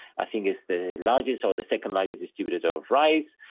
i think it's the largest or the second largest distributor of rice,